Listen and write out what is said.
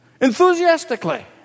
enthusiastically